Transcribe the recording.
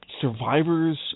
Survivors